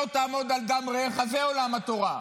"לא תעמד על דם רעך" זה עולם התורה,